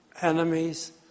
enemies